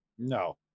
no